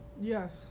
Yes